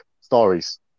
stories